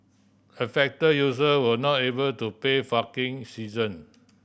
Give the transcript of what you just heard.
affected user were not able to pay session